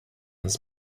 his